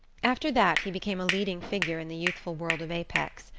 after that he became a leading figure in the youthful world of apex,